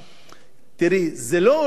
שזה הדבר היקר ביותר,